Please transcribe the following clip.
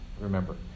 Remember